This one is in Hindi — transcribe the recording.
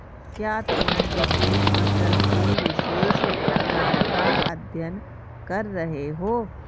क्या तुम विशेष फसल के विशेष प्रकार का अध्ययन कर रहे हो?